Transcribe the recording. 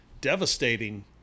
devastating